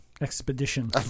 Expedition